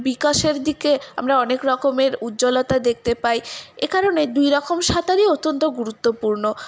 বিকাশের দিকে আমরা অনেক রকমের উজ্জ্বলতা দেখতে পাই এ কারণে দুই রকম সাঁতারই অত্যন্ত গুরুত্বপূর্ণ